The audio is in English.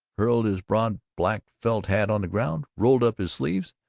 hurled his broad black felt hat on the ground, rolled up his sleeves,